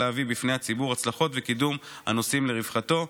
להביא בפני הציבור הצלחות ואת קידום הנושאים לרווחתו.